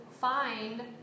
find